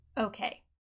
okay